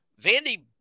Vandy